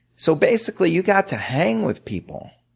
so basically you got to hang with people.